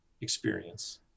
experience